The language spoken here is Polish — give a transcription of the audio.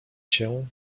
się